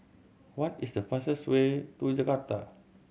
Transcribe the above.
what is the fastest way to Jakarta